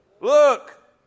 Look